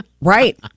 Right